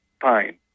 Fine